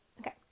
Okay